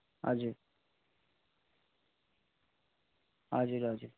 हजुर हजुर हजुर